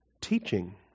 teaching